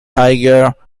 higher